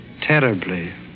Terribly